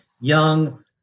young